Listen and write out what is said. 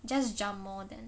just jump more then